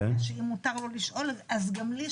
אם מותר לו לשאול אז גם לי,